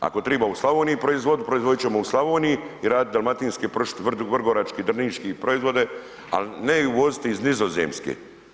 Ako treba u Slavoniji proizvoditi, proizvodit ćemo u Slavoniji i radit dalmatinski pršut, vrgorački, drniški, proizvode, ali ne i uvoziti iz Nizozemske.